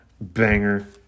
banger